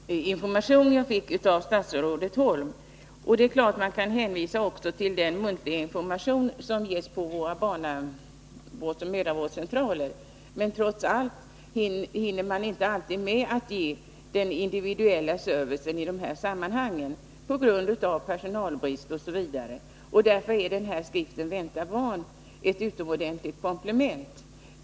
Fru talman! Jag får tacka för den ytterligare information jag fick av statsrådet Holm. Det är klart att man kan hänvisa också till den muntliga information som ges på våra mödravårdscentraler. Trots allt hinner man inte alltid med att ge den individuella servicen i dessa sammanhang, på grund av personalbrist osv. Därför är skriften Vänta barn ett utomordentligt komplement.